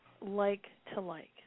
like-to-like